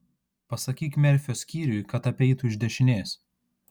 pasakyk merfio skyriui kad apeitų iš dešinės